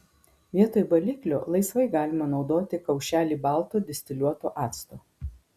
vietoj baliklio laisvai galima naudoti kaušelį balto distiliuoto acto